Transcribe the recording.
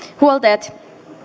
huoltajat